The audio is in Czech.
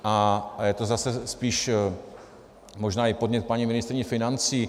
A je to zase spíš možná i podnět k paní ministryni financí.